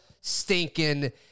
stinking